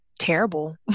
terrible